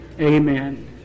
Amen